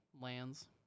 lands